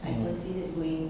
mm